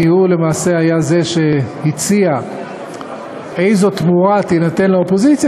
כי למעשה הוא היה זה שהציע איזו תמורה תינתן לאופוזיציה